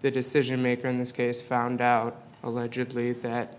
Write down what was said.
the decision maker in this case found out allegedly that